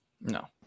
No